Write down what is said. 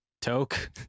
Toke